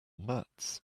mats